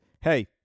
hey